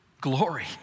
glory